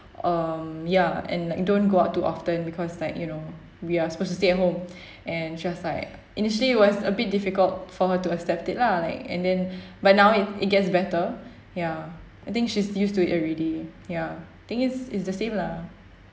um ya and like don't go out too often because like you know we are supposed to stay at home and she was like initially it was a bit difficult for her to accept it lah and then but now it it's get better ya I think she is used to it already ya think is is the same lah